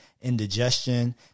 indigestion